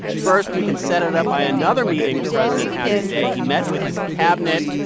first, we can set it up by another meeting the president had today. he met with his cabinet.